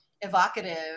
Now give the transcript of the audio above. evocative